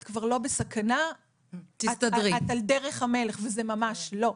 את כבר לא בסכנה ואת על דרך המלך" וזה ממש לא.